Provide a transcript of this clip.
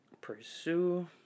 pursue